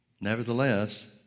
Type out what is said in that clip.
Nevertheless